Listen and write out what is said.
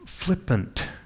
flippant